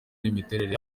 n’imiterere